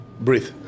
Breathe